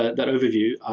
that overview.